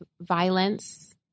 violence